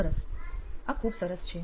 સરસ આ ખૂબ સરસ છે